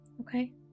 Okay